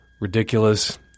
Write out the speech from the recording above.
ridiculous